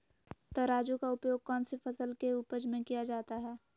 तराजू का उपयोग कौन सी फसल के उपज में किया जाता है?